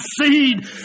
seed